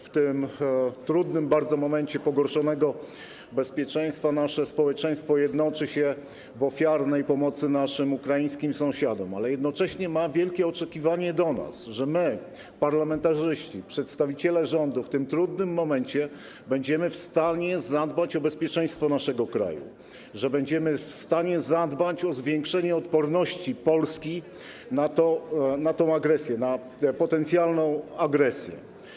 W tym bardzo trudnym momencie pogorszenia się bezpieczeństwa nasze społeczeństwo jednoczy się w ofiarnej pomocy naszym ukraińskim sąsiadom, ale jednocześnie ma wielkie oczekiwania wobec nas - że my, parlamentarzyści, przedstawiciele rządu w tym trudnym momencie będziemy w stanie zadbać o bezpieczeństwo naszego kraju, będziemy w stanie zadbać o zwiększenie odporności Polski na tę agresję, na potencjalną agresję.